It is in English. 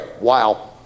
Wow